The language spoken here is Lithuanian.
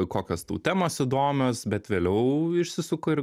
kokios tau temos įdomios bet vėliau išsisuko ir